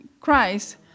Christ